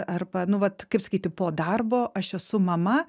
arba nu vat kaip sakyti po darbo aš esu mama